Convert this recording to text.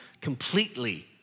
completely